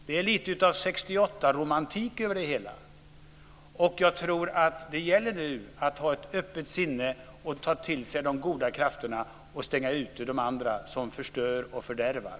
Det är lite av 1968-romantik över det hela. Jag tror att det nu gäller att ha ett öppet sinne och ta till sig de goda krafterna, och stänga ute de andra som förstör och fördärvar.